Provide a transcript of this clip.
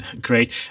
Great